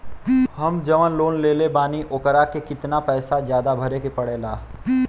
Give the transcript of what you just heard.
हम जवन लोन लेले बानी वोकरा से कितना पैसा ज्यादा भरे के पड़ेला?